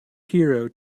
hero